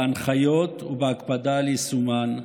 בהנחיות ובהקפדה על יישומן,